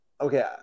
okay